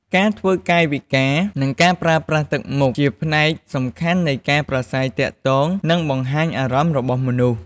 ការធ្វើកាយវិការ និងការប្រើប្រាស់ទឹកមុខ ជាផ្នែកសំខាន់នៃការប្រាស្រ័យទាក់ទង និងបង្ហាញអារម្មណ៍របស់មនុស្ស។